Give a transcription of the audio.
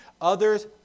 Others